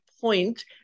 point